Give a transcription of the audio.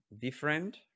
different